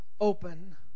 open